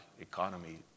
economy